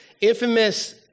infamous